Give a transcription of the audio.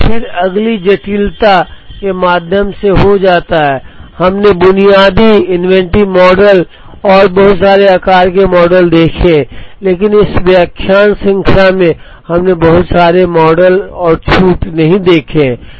फिर अगली जटिलता के माध्यम से हो जाता है हमने बुनियादी इन्वेंट्री मॉडल और बहुत सारे आकार के मॉडल देखे हैं लेकिन इस व्याख्यान श्रृंखला में हमने बहुत सारे मॉडल और छूट नहीं देखे हैं